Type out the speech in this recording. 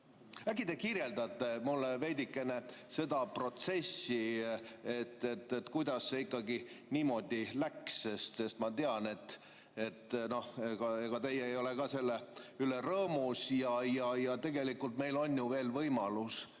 Äkki te kirjeldate mulle veidikene seda protsessi, kuidas see ikkagi niimoodi läks. Ma tean, et ega teie ka ei ole selle üle rõõmus. Ja tegelikult meil on ju veel võimalus